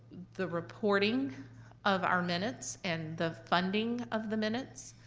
the reporting of our minutes and the funding of the minutes.